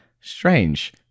Strange